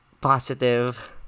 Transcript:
positive